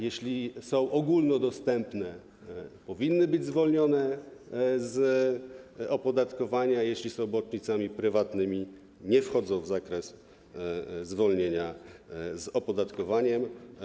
Jeśli są one ogólnodostępne, powinny być zwolnione z opodatkowania, jeśli są bocznicami prywatnymi, nie wchodzą w zakres zwolnienia z opodatkowania.